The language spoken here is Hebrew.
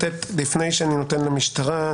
לפני שאני נותן את זכות הדיבור למשטרה.